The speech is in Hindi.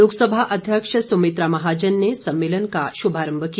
लोकसभा अध्यक्ष सुमित्रा महाजन ने सम्मेलन का शुभारम्भ किया